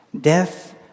Death